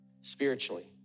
spiritually